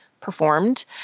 performed